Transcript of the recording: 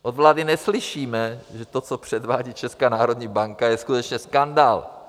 Od vlády neslyšíme, že to, co předvádí Česká národní banka, je skutečně skandál!